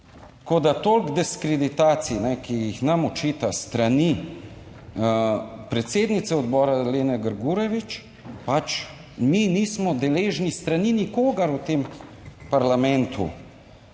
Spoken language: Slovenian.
Tako da, toliko diskreditacij, ki jih nam očita s strani predsednice odbora Lene Grgurevič, mi nismo deležni s strani nikogar v tem parlamentu.